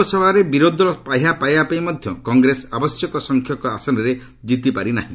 ଲୋକସଭାରେ ବିରୋଧୀ ଦଳ ପାହ୍ୟା ପାଇବା ପାଇଁ ମଧ୍ୟ କଂଗ୍ରେସ ଆବଶ୍ୟକ ସଂଖ୍ୟକ ଆସନରେ ଜିତିପାରି ନାହିଁ